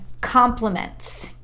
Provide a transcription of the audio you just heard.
compliments